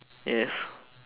yes